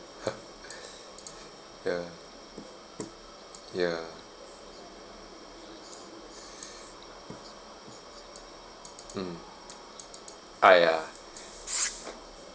ya ya mm ah ya